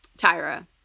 Tyra